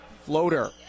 Floater